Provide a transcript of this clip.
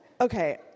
Okay